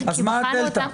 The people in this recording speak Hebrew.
כי בחנו אותן